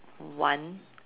one